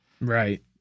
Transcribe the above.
Right